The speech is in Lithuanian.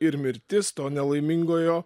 ir mirtis to nelaimingojo